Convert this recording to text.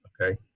okay